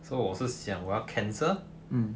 so 我是我想我要 cancel